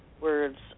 Words